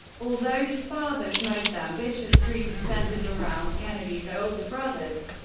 although his father's most ambitious dreams centered around kennedy's older brothers,